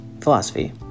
philosophy